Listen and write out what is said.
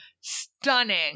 stunning